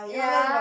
ya